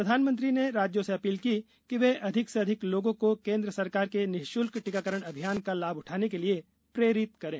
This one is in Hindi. प्रधानमंत्री ने राज्यों से अपील की कि वे अधिक से अधिक लोगों को केन्द्र सरकार के निशुल्क टीकाकरण अभियान का लाभ उठाने के लिए प्रेरित करें